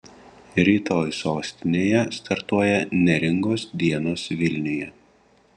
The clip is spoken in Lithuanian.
rytoj sostinėje startuoja neringos dienos vilniuje